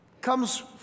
comes